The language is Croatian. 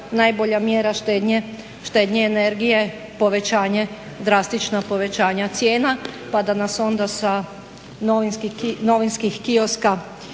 najbolja mjera štednje energije povećanje, drastična povećanja cijena pa da nas onda sa novinskih kioska